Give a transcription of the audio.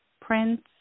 prints